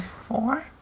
four